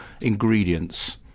ingredients